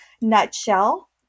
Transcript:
nutshell